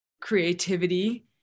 creativity